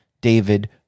David